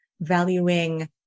valuing